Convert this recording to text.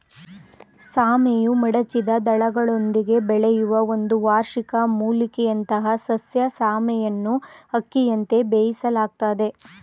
ಸಾಮೆಯು ಮಡಚಿದ ದಳಗಳೊಂದಿಗೆ ಬೆಳೆಯುವ ಒಂದು ವಾರ್ಷಿಕ ಮೂಲಿಕೆಯಂಥಸಸ್ಯ ಸಾಮೆಯನ್ನುಅಕ್ಕಿಯಂತೆ ಬೇಯಿಸಲಾಗ್ತದೆ